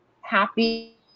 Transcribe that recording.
happy